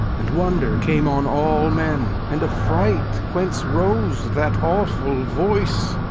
and wonder came on all men, and affright, whence rose that awful voice.